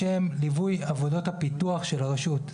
לשם ליווי עבודות הפיתוח של הרשות.